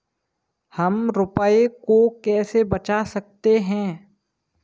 हम रुपये को कैसे बचा सकते हैं?